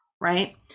right